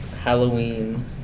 Halloween